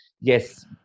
yes